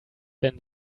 wenn